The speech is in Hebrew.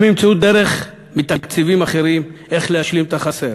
הם ימצאו דרך איך להשלים את החסר